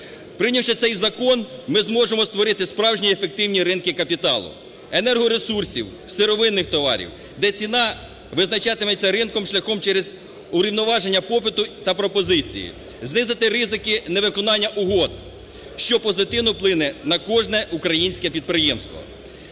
Прийнявши цей закон, ми зможемо створити справжні ефективні ринки капіталу, енергоресурсів, сировинних товарів, де ціна визначатиметься ринком шляхом через урівноваження попиту та пропозиції, знизити ризики невиконання угод, що позитивно вплине на кожне українське підприємство.